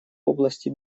области